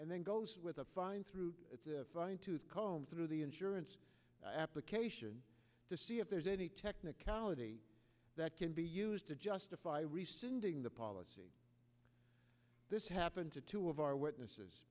and then goes with a fine through a fine tooth comb through the insurance application to see if there's any technicality that can be used to justify rescind even the policy this happened to two of our witnesses